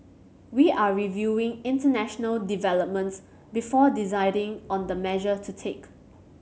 we are reviewing international developments before deciding on the measure to take